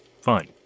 fine